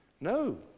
no